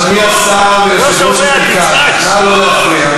אדוני השר ויושב-ראש המרכז, נא לא להפריע.